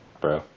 bro